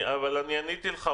אבל עניתי לך,